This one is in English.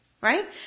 right